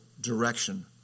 direction